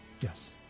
yes